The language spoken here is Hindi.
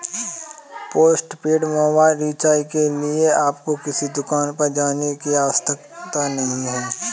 पोस्टपेड मोबाइल रिचार्ज के लिए आपको किसी दुकान पर जाने की आवश्यकता नहीं है